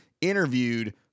interviewed